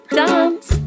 dance